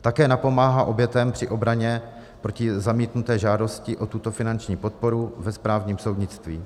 Také napomáhá obětem při obraně proti zamítnuté žádosti o tuto finanční podporu ve správním soudnictví.